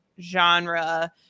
genre